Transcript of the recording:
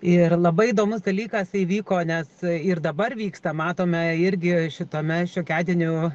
ir labai įdomus dalykas įvyko nes ir dabar vyksta matome irgi šitame šiokiadienio